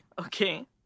okay